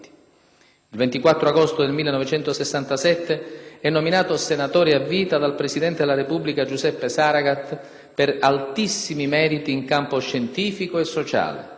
Il 24 agosto del 1967 è nominato senatore a vita dal Presidente della Repubblica Giuseppe Saragat per altissimi meriti in campo scientifico e sociale,